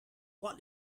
what